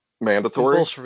mandatory